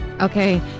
okay